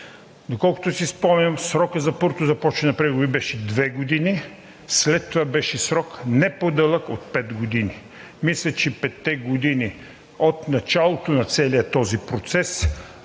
Доколкото си спомням, срокът за първото започване на преговори беше две години, след това беше срок не по-дълъг от пет години. Мисля, че петте години от началото на целия този процес